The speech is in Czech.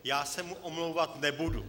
Já se mu omlouvat nebudu.